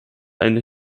eine